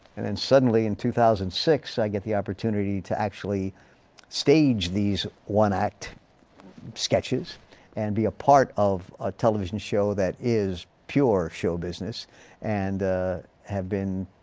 and and suddenly in two thousand and six i get the opportunity to actually stage these one act sketches and be a part of a television show that is pure show business and have been